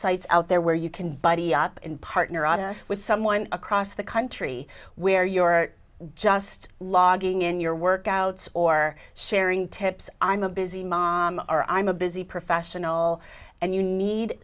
websites out there where you can buddy up and partner with someone across the country where you're just logging in your workouts or sharing tips i'm a busy mom or i'm a busy professional and you need